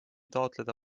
taotleda